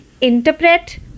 interpret